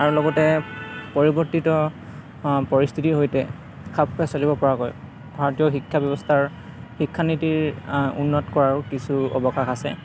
আৰু লগতে পৰিৱৰ্তিত পৰিস্থিতিৰ লগতে খাপ খুৱাই চলিব পৰাকৈ ভাৰতীয় শিক্ষা ব্যৱস্থাৰ শিক্ষা নীতিৰ উন্নত কৰাৰো কিছু অৱকাশ আছে